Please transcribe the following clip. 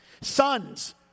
Sons